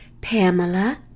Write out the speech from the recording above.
Pamela